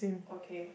okay